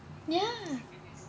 ya